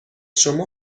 شما